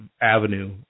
avenue